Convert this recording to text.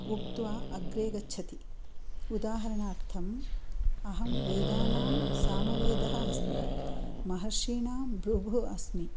उक्त्वा अग्रे गच्छति उदाहरणार्थम् अहं वेदानां सामवेदः अस्मि महर्षीणां भृगुः अस्मि